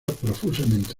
profusamente